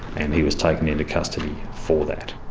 and he was taken into custody for that.